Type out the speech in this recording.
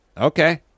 Okay